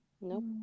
Nope